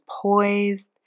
poised